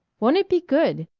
won't it be good!